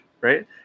right